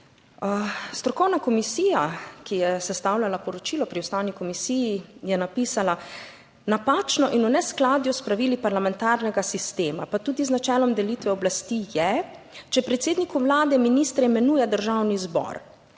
Strokovna komisija, ki je sestavljala poročilo pri Ustavni komisiji, je napisala napačno in v neskladju s pravili parlamentarnega sistema, pa tudi z načelom delitve oblasti Je, če predsedniku vlade ministre imenuje Državni zbor,